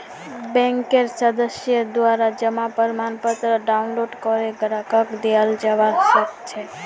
बैंकेर सदस्येर द्वारा जमा प्रमाणपत्र डाउनलोड करे ग्राहकक दियाल जबा सक छह